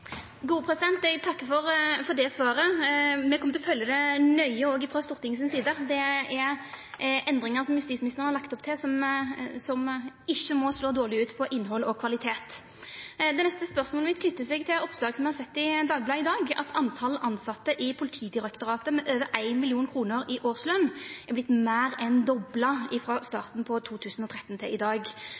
Eg takkar for det svaret, men me kjem til å følgje det nøye frå Stortinget si side. Det er endringar som justisministeren har lagt opp til som ikkje må slå dårleg ut på innhald og kvalitet. Det neste spørsmålet mitt knyter seg til eit oppslag i Dagbladet i går om at talet på tilsette i Politidirektoratet med over 1 mill. kr i årsløn er vorte meir enn dobla frå starten av 2013 til i dag.